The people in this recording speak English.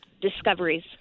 discoveries